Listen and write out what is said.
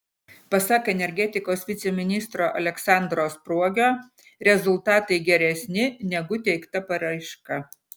pasak energetikos viceministro aleksandro spruogio rezultatai geresni negu teikta paraiška